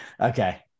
Okay